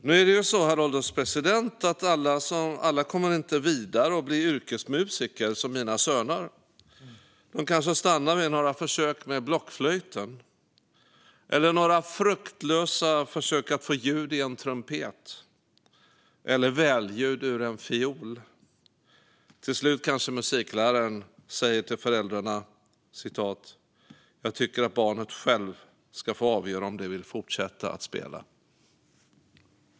Nu är det ju inte så, herr ålderspresident, att alla kommer vidare och blir yrkesmusiker, som mina söner. Det kanske stannar vid några försök med blockflöjten eller några fruktlösa försök att få ljud i en trumpet eller välljud ur en fiol. Till slut kanske musikläraren säger till föräldrarna: Jag tycker att barnet självt ska få avgöra om det vill fortsätta att spela.